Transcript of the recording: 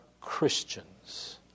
Christians